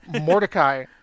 Mordecai